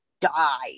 die